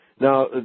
Now